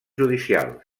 judicials